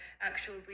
actual